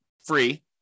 Free